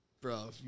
bro